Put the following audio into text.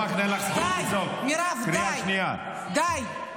מירב, די, די.